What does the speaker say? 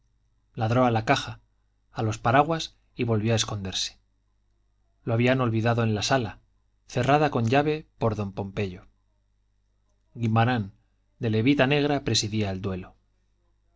ladró a la caja a los paraguas y volvió a esconderse lo habían olvidado en la sala cerrada con llave por don pompeyo guimarán de levita negra presidía el duelo